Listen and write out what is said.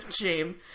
shame